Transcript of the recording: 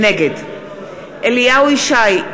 נגד אליהו ישי,